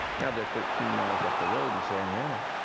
now, they're thirteen miles up the road in santa ana.